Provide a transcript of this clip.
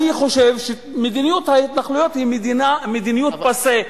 אני חושב שמדיניות ההתנחלויות היא מדיניות פאסֶה,